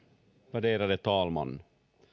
värderade talman